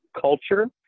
culture